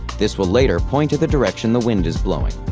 this will later point to the direction the wind is blowing.